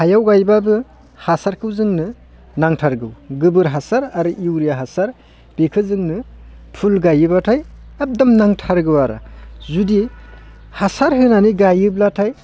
हायाव गायबाबो हासारखौ जोंनो नांथारगौ गोबोर हासार आरो इउरिया हासार बेखौ जोंनो फुल गायोबाथाय एकदम नांथारगौ आरो जुदि हासार होनानै गायोब्लाथाय